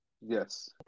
Yes